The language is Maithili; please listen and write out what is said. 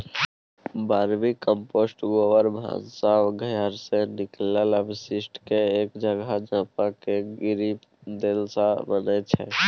बर्मीकंपोस्ट गोबर, भनसा घरसँ निकलल अवशिष्टकेँ एक जगह जमा कए कृमि देलासँ बनै छै